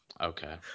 Okay